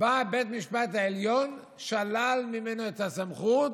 בא בית המשפט העליון ושלל ממנו את הסמכות: